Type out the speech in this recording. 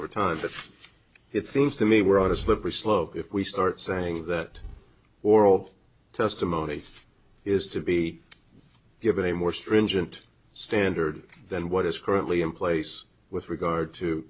over time but it seems to me we're on a slippery slope if we start saying that oral testimony is to be given a more stringent standard than what is currently in place with regard to